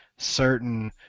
Certain